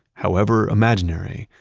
however imaginary,